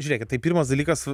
žiūrėkit tai pirmas dalykas